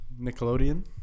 Nickelodeon